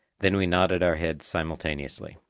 then we nodded our heads simultaneously.